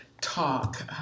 talk